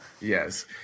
Yes